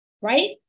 Right